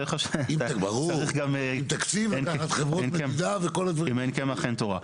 אם אין קמח, אין תורה.